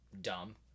dumb